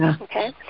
okay